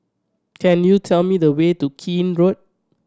could you tell me the way to Keene Road